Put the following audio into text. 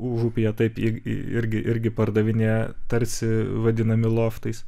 užupyje taip ji irgi irgi pardavinėja tarsi vadinami loftais